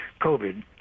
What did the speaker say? COVID